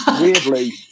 weirdly